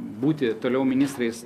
būti toliau ministrais